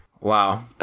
Wow